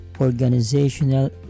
organizational